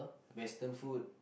western food